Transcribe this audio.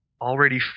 already